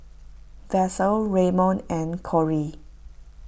Vassie Raymon and Corie